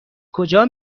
کجا